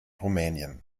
rumänien